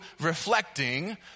reflecting